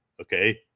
okay